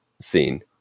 scene